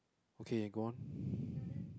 okay go on